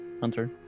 Hunter